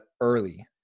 early